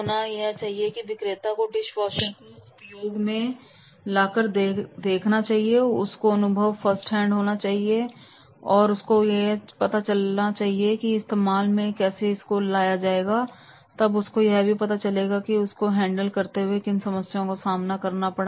होना यह चाहिए कि विक्रेता को डिश वॉशर को उपयोग में लाकर देखना चाहिए और उसे उसका अनुभव फर्स्ट हैंड होना चाहिए जब वह उसको चला कर देखेगा और इस्तेमाल में लाएगा तब उसको यह भी पता चलेगा कि उसको हैंडल करते हुए उसको किन समस्याओं का सामना करना पड़ा